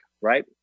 right